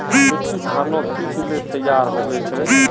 मिट्टी खानोक की दिले तैयार होबे छै?